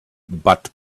but